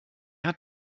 hat